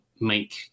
make